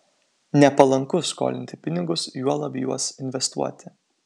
nepalanku skolinti pinigus juolab juos investuoti